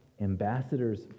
ambassadors